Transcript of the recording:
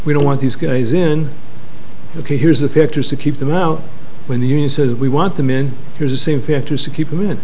we don't want these guys in ok here's the pictures to keep them out when the union says we want them in here the same factors to keep them in